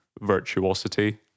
virtuosity